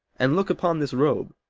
and look upon this robe,